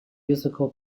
musical